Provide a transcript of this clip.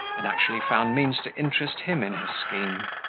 and actually found means to interest him in her scheme.